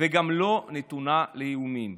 וגם לא נתונה לאיומים.